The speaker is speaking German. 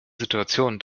situation